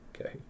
okay